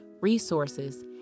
resources